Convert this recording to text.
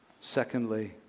Secondly